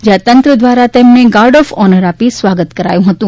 જ્યાં તંત્ર દ્વારા તેમને ગાર્ડ ઓફ ઓનર આપી સ્વાગત કરાયું હતું